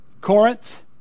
Corinth